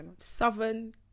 Southern